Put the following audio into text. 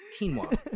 Quinoa